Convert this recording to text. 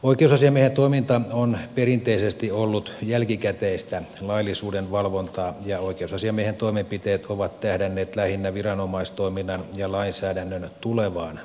oikeusasiamiehen toiminta on perinteisesti ollut jälkikäteistä laillisuuden valvontaa ja oikeusasiamiehen toimenpiteet ovat tähdänneet lähinnä viranomaistoiminnan ja lainsäädännön tulevaan muuttamiseen